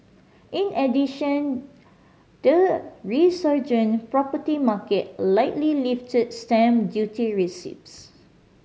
in addition the resurgent property market likely lifted stamp duty receipts